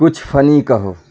کچھ فنی کہو